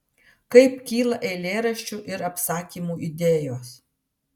kaip kyla eilėraščių ir apsakymų idėjos